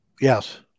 Yes